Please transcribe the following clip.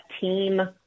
team